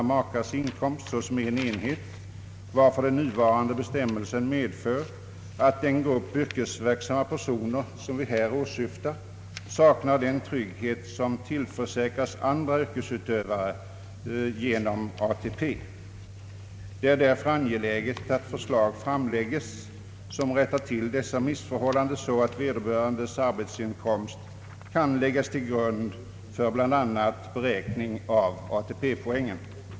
makars inkomst såsom en enhet, varför den nuvarande bestämmelsen medför att den grupp yrkesverksamma personer vi här åsyftar saknar den trygghet som tillförsäkras andra yrkesutövare genom ATP. Det är därför angeläget att förslag framlägges som rättar tilldetta missförhållande så att vederbörandes arbetsinkomst kan läggas till grund för bl.a. beräkning av ATP poäng.